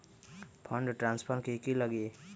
Fund transfer कि की लगी?